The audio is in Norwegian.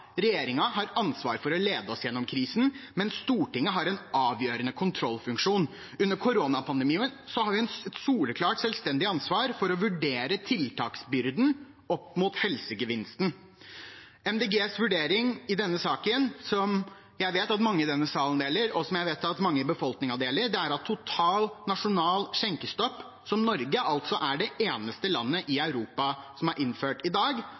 har ansvaret for å lede oss gjennom krisen, men Stortinget har en avgjørende kontrollfunksjon. Under koronapandemien har vi et soleklart selvstendig ansvar for å vurdere tiltaksbyrden opp mot helsegevinsten. MDGs vurdering i denne saken, som jeg vet at mange i denne salen deler, og som jeg vet at mange i befolkningen deler, er at total nasjonal skjenkestopp, som Norge i dag altså er det eneste landet i Europa som har innført,